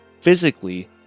physically